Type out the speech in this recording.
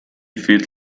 feet